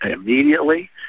immediately